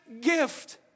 gift